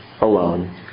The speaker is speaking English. alone